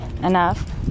enough